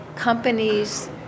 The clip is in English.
Companies